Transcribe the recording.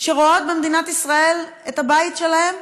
שרואות במדינת ישראל את הבית שלהן?